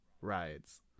rides